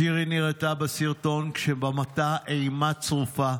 שירי נראתה בסרטון כשמבטה אימה צרופה,